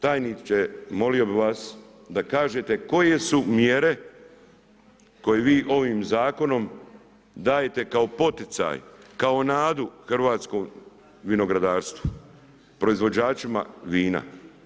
Tajniče molio bih vas da kažete koje su mjere koje vi ovim zakonom dajete kao poticaj, kao nadu hrvatskom vinogradarstvu, proizvođačima vina?